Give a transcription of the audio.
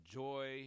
joy